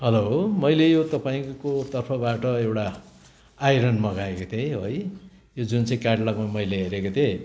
hello मैले यो तपाईँको तर्फबाट एउटा आइरन मगाएको थिएँ है यो जुन चाहिँ क्याटलगमा मैले हेरेको थिएँ